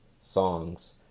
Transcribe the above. songs